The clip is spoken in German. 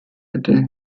hätte